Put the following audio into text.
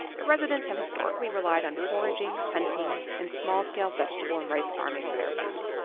the residents have historically relied on foraging, hunting, and small-scale vegetable and rice farming for their food.